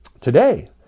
today